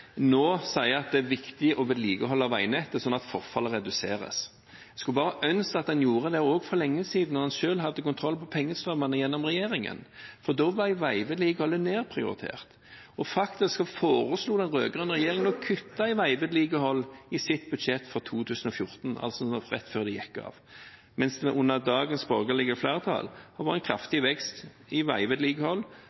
nå sier at det er viktig å vedlikeholde veinettet, slik at forfallet reduseres. Jeg skulle ønske at man gjorde det for lenge siden da man selv hadde kontroll på pengestrømmene gjennom regjeringen. Da ble veivedlikeholdet nedprioritert. Faktisk foreslo den rød-grønne regjeringen å kutte i veivedlikehold i sitt budsjett for 2014, altså rett før de gikk av, mens det under dagens borgerlige flertall får en kraftig vekst i veivedlikeholdet akkurat som på jernbanevedlikeholdet, nettopp fordi vi skal ivareta det vi har.